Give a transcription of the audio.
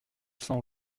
s’en